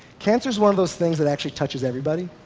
cancer is one of those things that actually touches everybody.